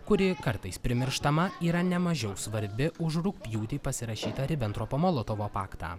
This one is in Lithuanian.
kuri kartais primirštama yra nemažiau svarbi už rugpjūtį pasirašytą ribentropo molotovo paktą